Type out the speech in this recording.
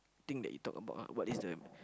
thing that you talk about ah aout this the